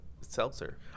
seltzer